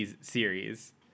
series